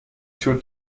two